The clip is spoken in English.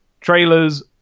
trailers